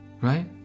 Right